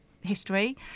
history